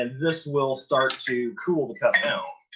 and this will start to cool the cup down.